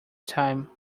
time